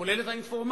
כולל את האינפורמציה,